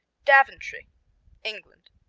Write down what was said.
daventry england